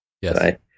yes